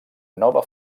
nova